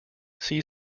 sea